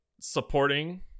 supporting